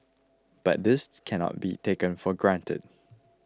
but this cannot be taken for granted